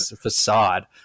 facade